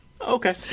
Okay